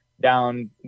down